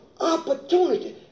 Opportunity